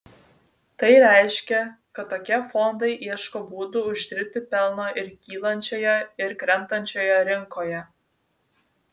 tai reiškia kad tokie fondai ieško būdų uždirbti pelno ir kylančioje ir krentančioje rinkoje